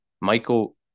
Michael